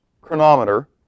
chronometer